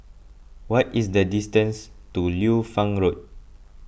what is the distance to Liu Fang Road